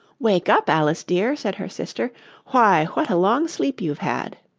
wake up, alice dear said her sister why, what a long sleep you've had